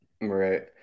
Right